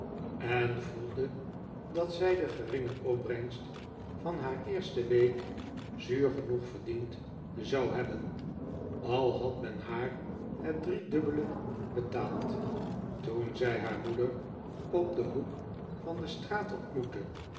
en voelde dat zij de geringe opbrengst van haar eerste week zuur genoeg verdiend zou hebben al had men haar het driedubbele betaald toen zij haar moeder op den hoek van de straat ontmoette